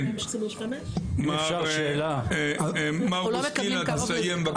בסדר, כן, מר בוסקליה תסיים בבקשה את דבריך.